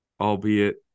albeit